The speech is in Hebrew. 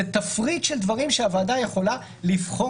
זה תפריט של דברים שהוועדה יכולה לבחור